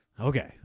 Okay